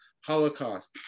holocaust